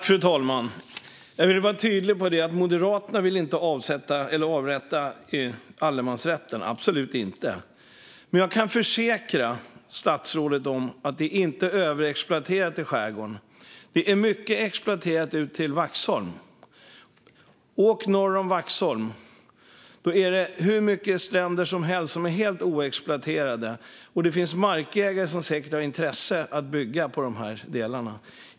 Fru talman! Jag vill vara tydlig med att Moderaterna inte vill avskaffa allemansrätten - absolut inte. Men jag kan försäkra statsrådet om att det inte är överexploaterat i skärgården. Ut till Vaxholm är det mycket exploaterat. Men norr om Vaxholm är det hur mycket stränder som helst som är helt oexploaterade, och det finns markägare som säkert har intresse av att bygga där.